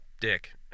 dick